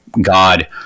God